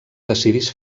decidís